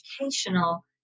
educational